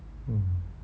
mm